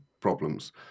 problems